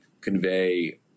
convey